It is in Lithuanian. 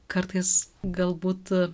kartais galbūt